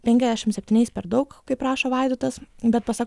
penkiasdešimt septyniais per daug kaip rašo vaidotas bet pasak